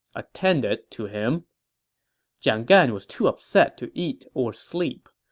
attended to him jiang gan was too upset to eat or sleep.